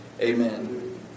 Amen